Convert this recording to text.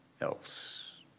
else